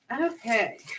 Okay